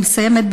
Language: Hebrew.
אני מסיימת,